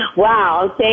Wow